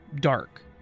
dark